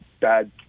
bad